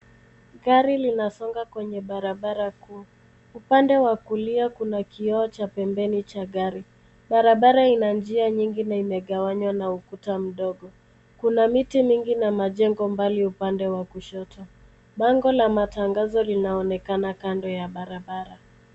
Gari linasonga kwenye barabara kuu. Upande wa kulia kuna kioo cha pembeni cha gari. Barabara ina njia nyingi na imegawanywa na ukuta mdogo. Kuna miti mingi na majengo mbali upande wa kushoto. Bango la matangazo linaonekana kando ya barabara.